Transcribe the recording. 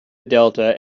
delta